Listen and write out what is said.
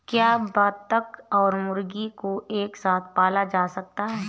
क्या बत्तख और मुर्गी को एक साथ पाला जा सकता है?